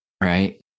Right